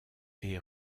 est